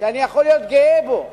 שאני יכול להיות גאה בו.